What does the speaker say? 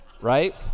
right